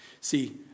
See